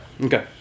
Okay